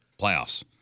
Playoffs